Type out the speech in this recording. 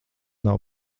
nav